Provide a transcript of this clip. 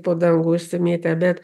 po dangų išsimėtę bet